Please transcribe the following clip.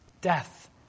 Death